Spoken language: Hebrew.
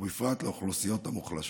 ובפרט לאוכלוסיות המוחלשות.